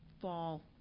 fall